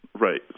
Right